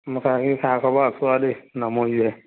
আছো আৰু দেই নমৰি জীয়াই